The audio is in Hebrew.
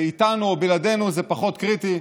ואיתנו או בלעדינו זה פחות קריטי.